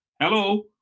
Hello